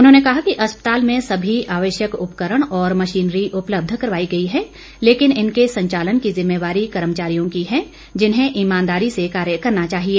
उन्होंने कहा कि अस्पताल में सभी आवश्यक उपकरण और मशीनरी उपलब्ध करवाई गई है लेकिन इनके संचालन की ज़िम्मेवारी कर्मचारियों की है जिन्हें ईमानदारी से कार्य करना चाहिए